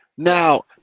Now